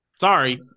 Sorry